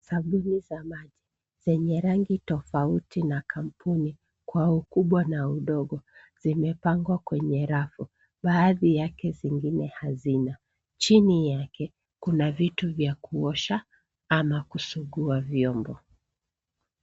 Sabuni ya maji zenye rangi tafauti na kampuni Kwa ukubwa na udogo zimepangwa kwenye rafu, baadhi yake zingine hazina, chini yake Kuna vitu vya kuosha ama kusukua vyombo .